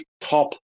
top